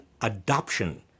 adoption